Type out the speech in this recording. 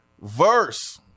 Verse